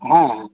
ᱦᱮᱸ ᱦᱮᱸ